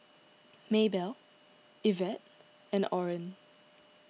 Maebelle Yvette and Oren